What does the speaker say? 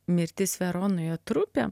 mirtis veronoje trupę